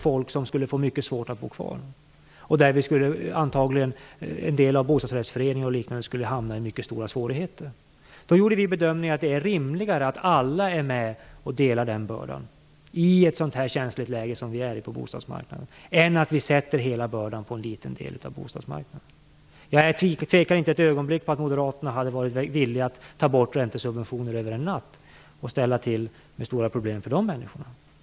Det hade blivit oerhört svårt för dem som bor där att bo kvar. En del bostadsrättsföreningar och liknande hade antagligen hamnat i mycket stora svårigheter. Vi gjorde, med tanke på det känsliga läget på bostadsmarknaden, bedömningen att det är rimligare att alla är med och delar på bördan än att vi sätter hela bördan på en liten del av bostadsmarknaden. Jag tvekar inte ett ögonblick på att Moderaterna hade varit villiga att ta bort räntesubventionerna över en natt och därmed ställa till med stora problem för människor.